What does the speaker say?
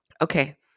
Okay